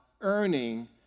earning